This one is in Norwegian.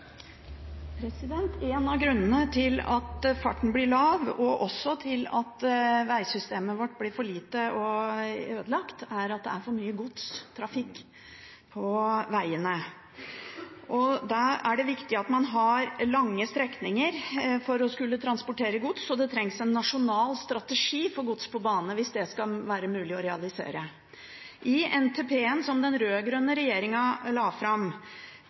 En av grunnene til at farten blir lav, og også til at vegsystemet vårt blir for lite og ødelagt, er at det er for mye godstrafikk på vegene. Da er det viktig at man har lange strekninger for å skulle transportere gods, så det trengs en nasjonal strategi for gods på bane hvis dét skal være mulig å realisere. I NTP-en som den rød-grønne regjeringen la fram,